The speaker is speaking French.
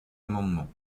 amendement